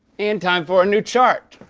and time for a new chart.